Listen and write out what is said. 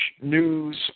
News